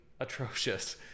atrocious